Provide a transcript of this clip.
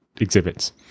exhibits